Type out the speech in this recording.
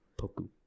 Poku